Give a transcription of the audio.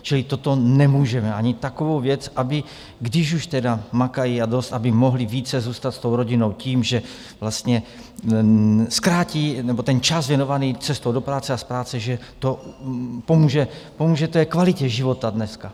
Čili toto nemůžeme, ani takovou věc, aby když už tedy makají a dost, aby mohli více zůstat s tou rodinou tím, že vlastně zkrátí, nebo ten čas věnovaný cestou do práce a z práce, že to pomůže té kvalitě života dneska.